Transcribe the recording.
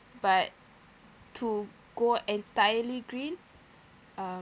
but to go entirely green uh